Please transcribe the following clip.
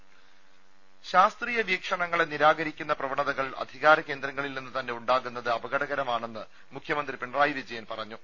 ദരദ ശാസ്ത്രീയ വീക്ഷണങ്ങളെ നിരാകരിക്കുന്ന പ്രവണതകൾ അധികാര കേന്ദ്രങ്ങളിൽ നിന്നു തന്നെ ഉണ്ടാകുന്നത് അപകടകരമാണെന്ന് മുഖ്യമന്ത്രി പിണറായി വിജയൻ പറഞ്ഞു